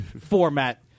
format